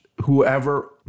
Whoever